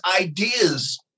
ideas